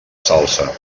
salsa